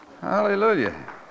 Hallelujah